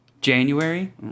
January